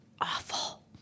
awful